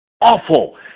Awful